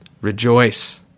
rejoice